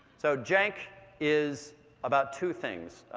so jank is about two things.